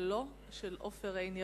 פועלו של עופר עיני,